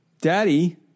daddy